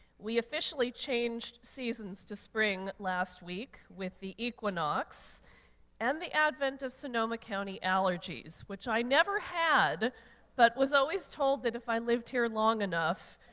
we officially changed seasons to spring last week with the equinox and the advent of sonoma county allergies, which i never had but was always told that if i lived here long enough,